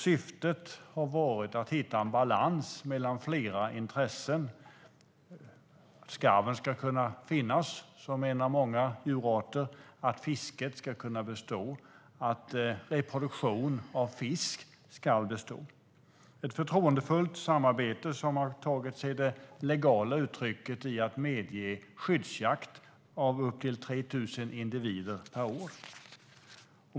Syftet har varit att hitta en balans mellan flera intressen. Skarven ska kunna finnas som en av många djurarter, fisket ska kunna bestå och reproduktion av fisk ska bestå. Det är ett förtroendefullt samarbete som har tagit det legala uttrycket i att medge skyddsjakt på upp till 3 000 individer per år.